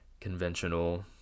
conventional